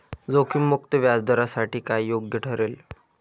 जोखीम मुक्त व्याजदरासाठी काय योग्य ठरेल?